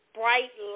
bright